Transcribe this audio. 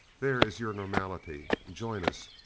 there is your normality. join us.